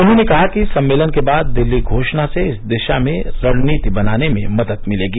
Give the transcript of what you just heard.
उन्होंने कहा कि सम्मेलन के बाद दिल्ली घोषणा से इस दिशा में रणनीति बनाने में मदद मिलेगी